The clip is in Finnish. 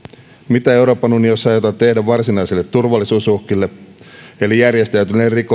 mitä euroopan unionissa aiotaan tehdä varsinaisille turvallisuusuhkille eli järjestäytyneelle rikollisuudelle ja terrorismille niiden